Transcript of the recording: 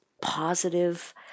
positive